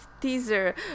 teaser